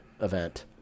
event